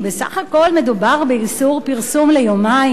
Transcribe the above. בסך הכול מדובר באיסור פרסום ליומיים.